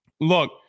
look